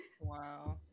Wow